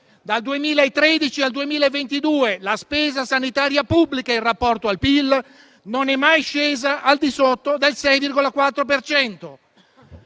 dal 2013 al 2022 la spesa sanitaria pubblica in rapporto al PIL non è mai scesa al di sotto del 6,4